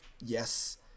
yes